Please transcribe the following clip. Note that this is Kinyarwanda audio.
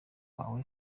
wawe